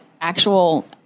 actual